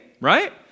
Right